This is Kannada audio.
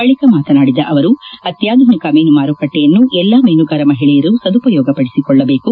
ಬಳಿಕ ಮಾತನಾಡಿದ ಅವರು ಅತ್ಯಾಧುನಿಕ ಮೀನು ಮಾರುಕಟ್ಟೆಯನ್ನು ಎಲ್ಲಾ ಮೀನುಗಾರ ಮಹಿಳೆಯರು ಸದುಪಯೋಗಪದಿಸಿಕೊಳ್ಳಬೇಕು